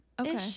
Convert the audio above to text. okay